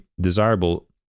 desirable